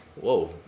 whoa